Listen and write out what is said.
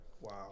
Wow